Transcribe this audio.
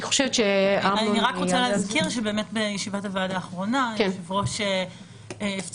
אני רק רוצה להזכיר שבישיבת הוועדה האחרונה היושב-ראש הפציר